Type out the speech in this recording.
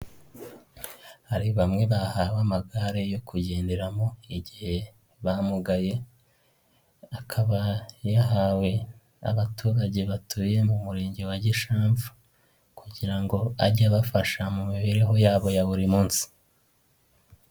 Hari bamwe bahawe amagare yo kugenderamo igihe bamugaye , akaba yahawe abaturage batuye mu murenge wa Gishamvu kugira ngo ajye abafasha mu mibereho yabo ya buri munsi.